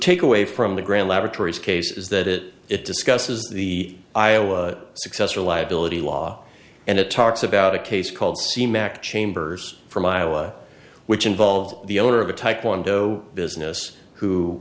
takeaway from the grand laboratories case is that it it discusses the iowa success or liability law and it talks about a case called seem act chambers from iowa which involved the owner of a taekwondo business who